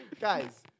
Guys